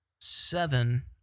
seven